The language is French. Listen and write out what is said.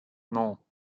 non